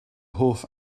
hoff